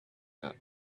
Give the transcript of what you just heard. the